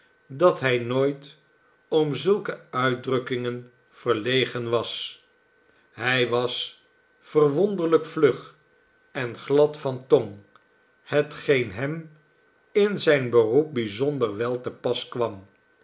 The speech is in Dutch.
dat hij nooit om zulke uitdrukkingen verlegen was hij was verwonderlijk vlug en glad van tong hetgeen hem in zijn beroep bijzonder wel te pas kwam